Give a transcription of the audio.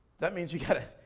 that means you gotta,